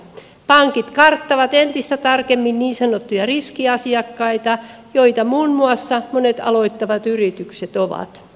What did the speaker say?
pankit karttavat entistä tarkemmin niin sanottuja riskiasiakkaita joita muun muassa monet aloittavat yritykset ovat